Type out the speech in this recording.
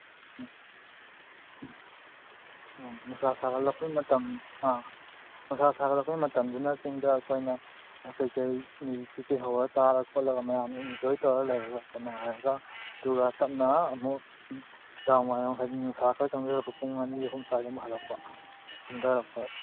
ꯎꯝ ꯑ ꯅꯨꯡꯁꯥ ꯁꯥꯒꯠꯂꯛꯄꯩ ꯃꯇꯝ ꯑꯥ ꯅꯨꯡꯁꯥ ꯁꯥꯒꯠꯂꯛꯄꯩ ꯃꯇꯝꯗꯨꯅ ꯆꯤꯡꯗ ꯑꯩꯈꯣꯏꯅ ꯀꯩꯀꯩ ꯃꯦꯒꯤ ꯀꯩꯀꯩ ꯍꯧꯔ ꯆꯥꯥꯔ ꯈꯣꯠꯂꯒ ꯃꯌꯥꯝꯅ ꯏꯟꯖꯣꯏ ꯇꯧꯔ ꯂꯩꯔꯒꯀꯣ ꯅꯨꯡꯉꯥꯏꯔꯒ ꯑꯗꯨꯒ ꯇꯞꯅ ꯑꯃꯨꯛ ꯅꯨꯡꯗꯥꯡꯋꯥꯏꯔꯝ ꯍꯥꯏꯗꯤ ꯅꯨꯡꯁꯥ ꯆꯪꯁꯜꯂꯛꯄ ꯄꯨꯡ ꯑꯅꯤ ꯑꯍꯨꯝ ꯁ꯭ꯋꯥꯏꯗ ꯑꯃꯨꯛ ꯍꯜꯂꯛꯄ ꯀꯨꯝꯊꯔꯛꯄ